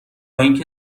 اینکه